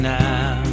now